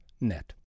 net